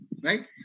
Right